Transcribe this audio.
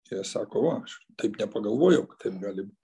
jie sako va aš taip nepagalvojau kad taip gali būt